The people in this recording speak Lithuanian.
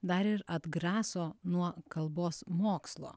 dar ir atgraso nuo kalbos mokslo